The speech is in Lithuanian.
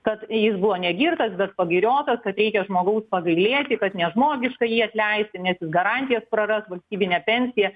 kad jis buvo negirtas bet pagiriotas kad reikia žmogaus pagailėti kad nežmogiška jį atleisti nes jis garantijas praras valstybinę pensiją